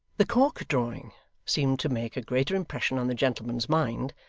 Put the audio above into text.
the cork-drawing seemed to make a greater impression on the gentleman's mind,